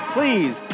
Please